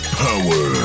power